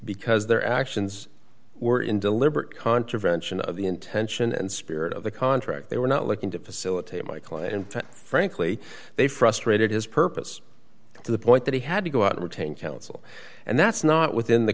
because their actions were in deliberate contravention of the intention and spirit of the contract they were not looking to facilitate my client and frankly they frustrated his purpose to the point that he had to go out retained counsel and that's not within the